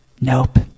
Nope